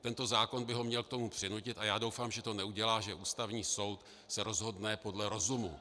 Tento zákon by ho měl k tomu přinutit, a já doufám, že to neudělá, že Ústavní soud se rozhodne podle rozumu.